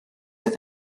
oedd